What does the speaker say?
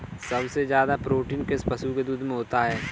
सबसे ज्यादा प्रोटीन किस पशु के दूध में होता है?